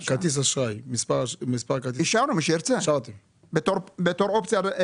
השארנו למי שירצה, בתור אופציה.